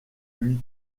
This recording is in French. lui